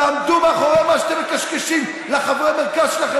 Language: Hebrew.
תעמדו מאחורי מה שאתם מקשקשים לחברי המרכז שלכם